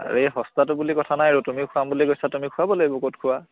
আৰু এই সস্তাটো বুলি কথা নাই আৰু তুমি খোৱাম বুলি কৈছা তুমি খোৱাব লাগিব ক'ত খোৱা